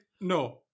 no